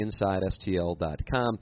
InsideSTL.com